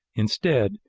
instead,